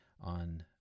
on